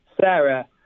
Sarah